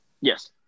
Yes